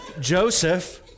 Joseph